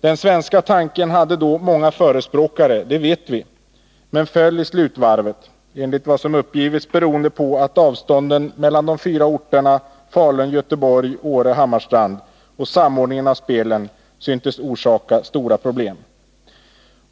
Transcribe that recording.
Den svenska tanken hade då många förespråkare — det vet vi — men föll i slutvarvet, enligt vad som uppgivits beroende på att avstånden mellan de fyra orterna Falun, Göteborg, Åre och Hammarstrand samt samordningen av spelen syntes orsaka stora problem.